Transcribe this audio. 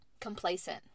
complacent